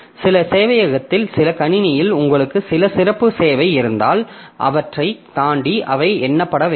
சில சேவையகத்தில் சில கணினியில் உங்களுக்கு சில சிறப்பு சேவை இருந்தால் அவற்றைத் தாண்டி அவை எண்ணப்பட வேண்டும்